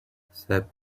sep